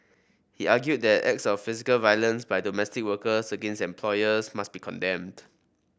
he argued that acts of physical violence by domestic workers against employers must be condemned